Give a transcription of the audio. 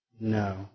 No